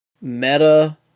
meta